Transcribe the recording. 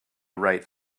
write